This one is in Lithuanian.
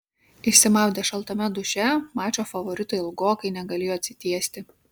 išsimaudę šaltame duše mačo favoritai ilgokai negalėjo atsitiesti